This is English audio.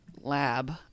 lab